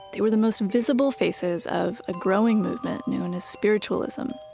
they were the most visible faces of a growing movement known as spiritualism,